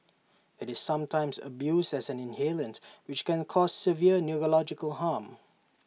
IT is sometimes abused as an inhalant which can cause severe neurological harm